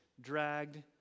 Dragged